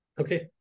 Okay